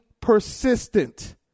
persistent